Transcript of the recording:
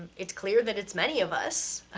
it's clear that it's many of us.